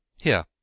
Here